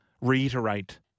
reiterate